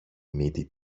μύτη